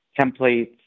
templates